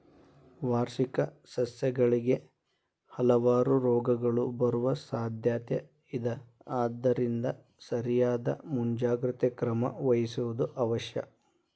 ವಾರ್ಷಿಕ ಸಸ್ಯಗಳಿಗೆ ಹಲವಾರು ರೋಗಗಳು ಬರುವ ಸಾದ್ಯಾತೆ ಇದ ಆದ್ದರಿಂದ ಸರಿಯಾದ ಮುಂಜಾಗ್ರತೆ ಕ್ರಮ ವಹಿಸುವುದು ಅವಶ್ಯ